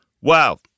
Wow